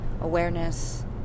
awareness